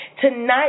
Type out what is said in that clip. Tonight